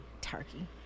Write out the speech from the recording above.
Turkey